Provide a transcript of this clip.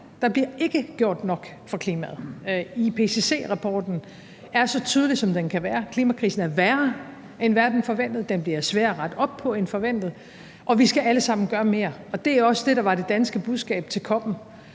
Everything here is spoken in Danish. der bliver ikke gjort nok for klimaet. IPCC-rapporten er så tydelig, som den kan være. Klimakrisen er værre, end verden forventede; den bliver sværere at rette op på end forventet, og vi skal alle sammen gøre mere. Det er også det, der var det danske budskab til COP'en,